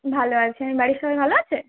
ভালো আছি এমনি বাড়ির সবাই ভালো আছে